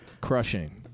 Crushing